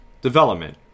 development